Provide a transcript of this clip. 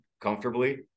comfortably